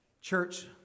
church